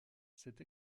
cette